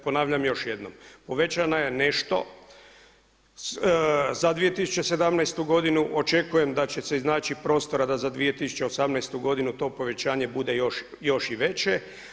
Ponavljam još jednom, povećana je nešto za 2017. godinu, očekujem da će se iznaći prostora da za 2018. godinu to povećanje bude još i veće.